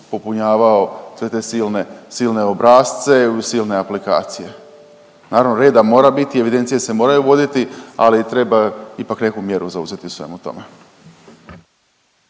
popunjavao sve te silne, silne obrasce, silne aplikacije. Naravno reda mora biti, evidencije se moraju voditi ali treba ipak neku mjeru zauzeti u svemu tome.